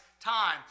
time